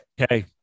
Okay